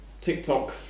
TikTok